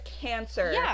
cancer